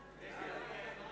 לפי הצעת